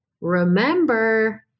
Remember